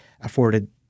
afforded